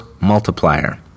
multiplier